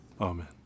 Amen